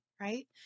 right